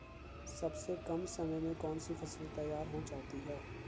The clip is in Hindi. सबसे कम समय में कौन सी फसल तैयार हो जाती है?